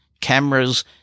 Cameras